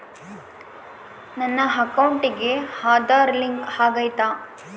ನನ್ನ ಅಕೌಂಟಿಗೆ ಆಧಾರ್ ಲಿಂಕ್ ಆಗೈತಾ?